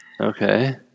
Okay